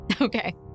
Okay